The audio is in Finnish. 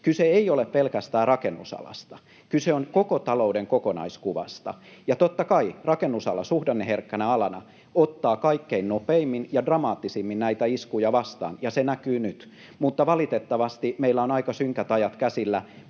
Kyse ei ole pelkästään rakennusalasta, kyse on koko talouden kokonaiskuvasta. Totta kai rakennusala suhdanneherkkänä alana ottaa kaikkein nopeimmin ja dramaattisimmin näitä iskuja vastaan, ja se näkyy nyt, mutta valitettavasti meillä on aika synkät ajat käsillä